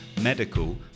medical